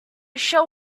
shall